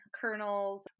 kernels